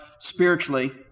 spiritually